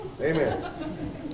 Amen